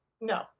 No